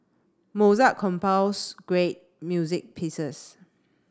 Mozart great music pieces